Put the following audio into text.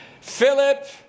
Philip